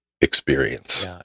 experience